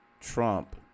Trump